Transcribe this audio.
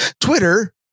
Twitter